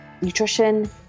Nutrition